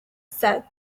said